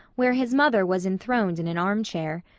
where his mother was enthroned in an armchair.